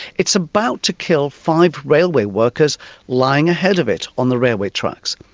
it's about to kill five railway workers lying ahead of it on the railway tracks.